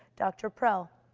dr. pro,